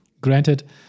Granted